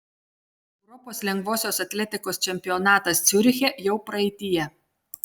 europos lengvosios atletikos čempionatas ciuriche jau praeityje